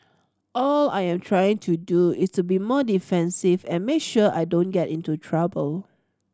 all I am trying to do is to be more defensive and make sure I don't get into trouble